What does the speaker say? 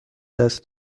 دست